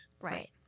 Right